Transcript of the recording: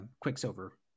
Quicksilver